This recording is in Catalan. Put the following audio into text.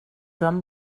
joan